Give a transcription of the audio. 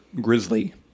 grizzly